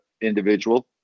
individual